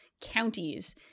counties